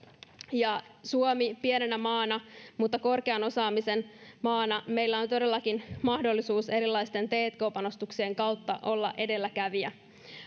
ja suomella pienenä mutta korkean osaamisen maana on todellakin mahdollisuus erilaisten tk panostuksien kautta olla edelläkävijä